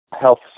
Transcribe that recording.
Health